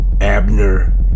Abner